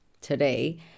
today